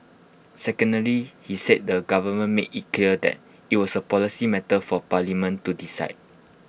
secondly he said the government made IT clear that IT was A policy matter for parliament to decide